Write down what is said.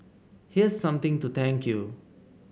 here's something to thank you